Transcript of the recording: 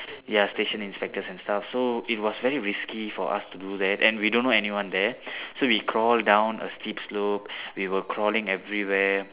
ya station inspectors and stuff so it was very risky for us to do that and we don't know anyone there so we crawl down a steep slope we were crawling everywhere